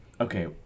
Okay